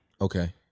Okay